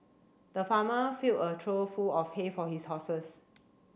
the farmer filled a trough full of hay for his horses